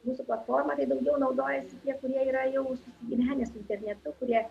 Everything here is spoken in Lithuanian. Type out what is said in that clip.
mūsų platforma tai daugiau naudojasi tie kurie yra jau susigyvenę su internetu kurie